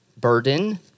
burden